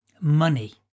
Money